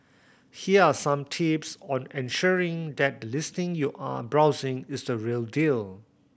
here are some tips on ensuring that the listing you are browsing is the real deal